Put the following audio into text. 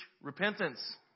repentance